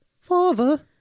Father